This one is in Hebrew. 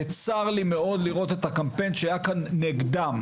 וצר לי מאוד לראות את הקמפיין שהיה כאן נגדם.